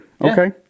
Okay